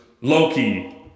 Loki